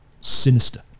sinister